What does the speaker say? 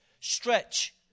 Stretch